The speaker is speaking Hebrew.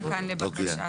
גם כאן לבקשת --- אוקיי.